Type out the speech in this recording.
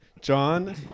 john